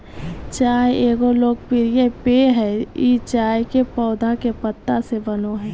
चाय एगो लोकप्रिय पेय हइ ई चाय के पौधा के पत्ता से बनो हइ